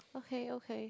okay okay